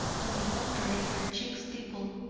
on the contrary her cheeks dimpled,